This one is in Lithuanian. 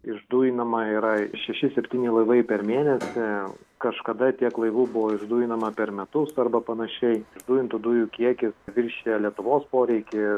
išdujinama yra šeši septyni laivai per mėnesį kažkada tiek laivų buvo išdujinama per metus arba panašiai išdujintų dujų kiekis viršija lietuvos poreikį